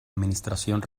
administración